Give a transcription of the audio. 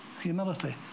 humility